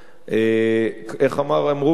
איך אמרו פה היום?